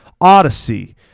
Odyssey